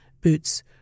Boots